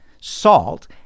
Salt